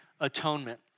atonement